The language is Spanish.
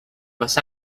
los